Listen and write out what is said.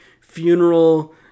funeral